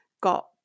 got